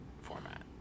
format